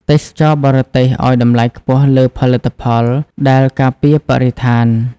ទេសចរបរទេសឱ្យតម្លៃខ្ពស់លើផលិតផលដែលការពារបរិស្ថាន។